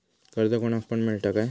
कर्ज कोणाक पण मेलता काय?